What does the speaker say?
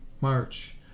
march